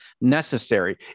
necessary